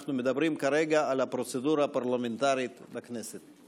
אנחנו מדברים כרגע על הפרוצדורה הפרלמנטרית בכנסת.